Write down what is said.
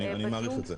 אני מעריך את זה.